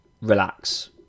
relax